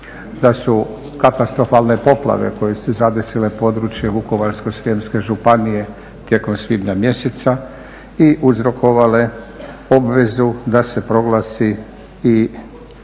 da su katastrofalne poplave koje su zadesile područje Vukovarsko-srijemske županije tijekom svibnja mjeseca i uzrokovale obvezu da se proglasi i